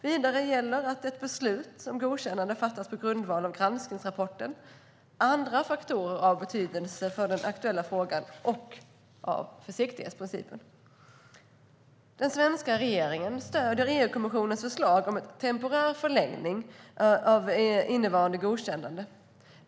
Vidare gäller att beslut om godkännande fattas på grundval av granskningsrapporten, andra faktorer av betydelse för den aktuella frågan och försiktighetsprincipen. Den svenska regeringen stöder EU-kommissionens förslag om en temporär förlängning av innevarande godkännande.